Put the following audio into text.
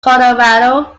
colorado